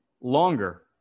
longer